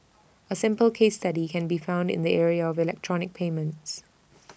A simple case study can be found in the area of electronic payments